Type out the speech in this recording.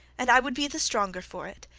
and i should be the stronger for it,